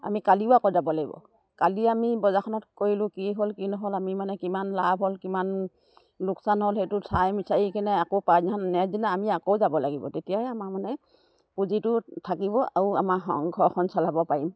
আমি কালিও আকৌ যাব লাগিব কালি আমি বজাৰখনত কৰিলোঁ কি হ'ল কি নহ'ল আমি মানে কিমান লাভ হ'ল কিমান লোকচান হ'ল সেইটো চাই বিচাৰি কিনে আকৌ দিনা আমি আকৌ যাব লাগিব তেতিয়াই আমাৰ মানে পুঁজিটো থাকিব আৰু আমাৰ ঘৰখন চলাব পাৰিম